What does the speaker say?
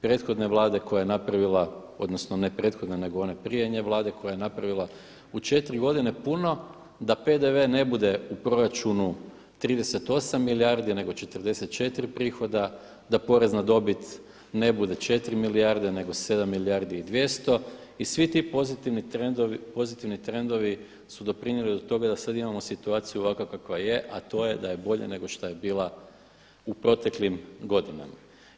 Prethodne vlade koja je napravila odnosno ne prethodne nego one prije nje Vlade koja je napravila u 4 godine puno da PDV ne bude u proračunu 38 milijardi nego 44 prihoda, da porez na dobit ne bude 4 milijarde nego 7 milijardi i 200 i svi ti pozitivni trendovi su doprinijeli do toga da sada imamo situaciju ovakva kakva je a to je da je bolje nego što je bila u proteklim godinama.